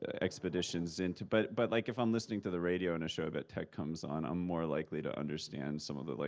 expeditions into but but like, if i'm listening to the radio and a show about tech comes on, i'm more likely to understand some of the, like,